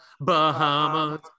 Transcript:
bahamas